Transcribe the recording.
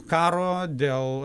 karo dėl